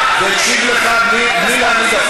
ולנסות לתת להם תנאי